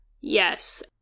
Yes